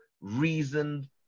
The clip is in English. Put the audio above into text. reasoned